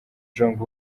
jong